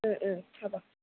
হ'ব